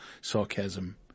sarcasm